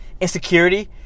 insecurity